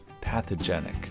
pathogenic